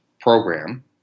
program